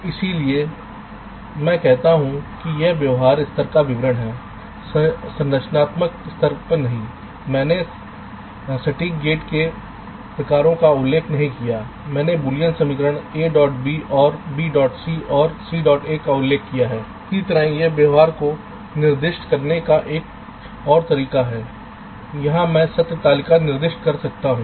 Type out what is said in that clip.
तो इसीलिए मैं कहता हूं कि यह एक व्यवहार स्तर का विवरण है संरचना स्तर नहीं है क्योंकि मैंने सटीक गेट के प्रकारों का उल्लेख नहीं किया है मैंने बूलियन समीकरण ab OR bc OR ca का उल्लेख किया है इसी तरह यह व्यवहार को निर्दिष्ट करने का एक और तरीका है यहां मैं सत्य तालिका निर्दिष्ट कर सकता हूं